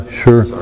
sure